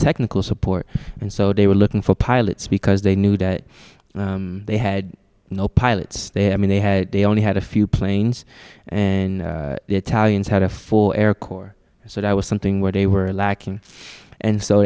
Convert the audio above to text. technical support and so they were looking for pilots because they knew that they had no pilots there i mean they had they only had a few planes an italian had a four air corps so there was something where they were lacking and so